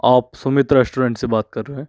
आप सुमित रेश्तोरेन्ट से बात कर रहें